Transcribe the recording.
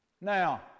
Now